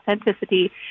authenticity